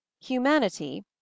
humanity